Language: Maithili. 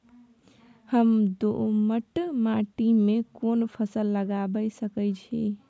हम दोमट माटी में कोन फसल लगाबै सकेत छी?